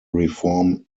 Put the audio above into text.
reform